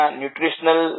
nutritional